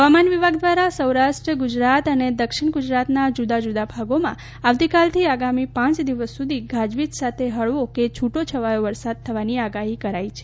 હવામાન વિભાગ દ્વારા સૌરાષ્ટ્ર ગુજરાત અને દક્ષિણ ગુજરાતના જુદા જુદા ભાગોમાં આવતીકાલથી આગામી પાંચ દિવસ સુધી ગાજવીજ સાથે હળવો કે છૂટો છવાયો વરસાદ થવાની આગાહી કરવામાં આવી છે